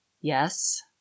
Yes